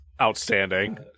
outstanding